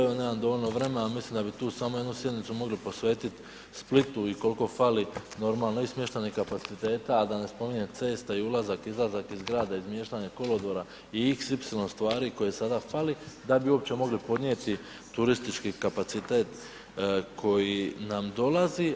Evo nemam dovoljno vremena, ali mislim da bi tu samo jednu sjednicu mogli posvetiti Splitu i koliko fali normalno i smještajnih kapaciteta, a da ne spominjem cesta i ulazak, izlazak iz grada, izmještanje kolodvora i xy stvari koje sada fali da bi uopće mogli podnijeti turistički kapacitet koji nam dolazi.